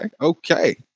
Okay